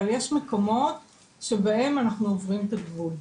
אבל יש מקומות שבהם אנחנו עוברים את הגבול.